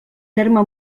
terme